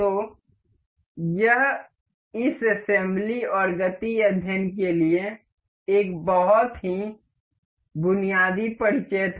तो यह इस असेम्ब्ली और गति अध्ययन के लिए एक बहुत ही बुनियादी परिचय था